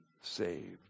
saved